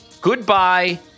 Goodbye